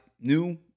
new